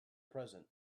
present